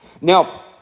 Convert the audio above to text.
Now